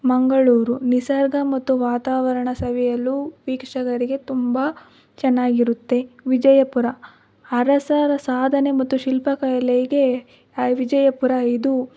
ಮಂಗಳೂರು ನಿಸರ್ಗ ಮತ್ತು ವಾತಾವರಣ ಸವಿಯಲು ವೀಕ್ಷಕರಿಗೆ ತುಂಬ ಚೆನ್ನಾಗಿರುತ್ತೆ ವಿಜಯಪುರ ಅರಸರ ಸಾಧನೆ ಮತ್ತು ಶಿಲ್ಪಕಲೆಗೆ ವಿಜಯಪುರ ಇದು